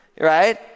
right